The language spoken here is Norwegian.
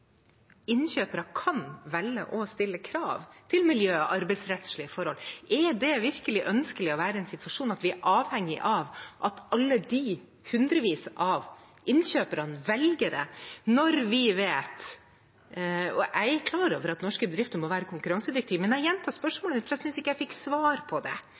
innkjøpere kan velge å stille krav til miljø- og arbeidsrettslige forhold. Er det virkelig ønskelig å være i en situasjon der vi er avhengig av at alle de hundrevis av innkjøperne velger det? Jeg er klar over at norske bedrifter må være konkurransedyktige, men jeg gjentar spørsmålet, for jeg synes ikke jeg fikk svar på det: